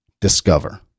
discover